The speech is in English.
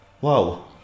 wow